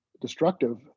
destructive